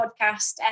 Podcast